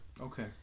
Okay